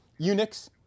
Unix